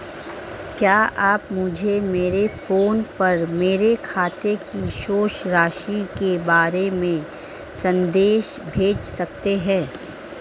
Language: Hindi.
क्या आप मुझे मेरे फ़ोन पर मेरे खाते की शेष राशि के बारे में संदेश भेज सकते हैं?